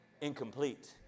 incomplete